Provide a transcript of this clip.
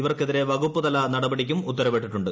ഇവർക്കെതിരെ വകുപ്പുതല നടപടിക്കും ഉത്തരവിട്ടിട്ടുണ്ട്